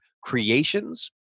creations